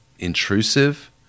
intrusive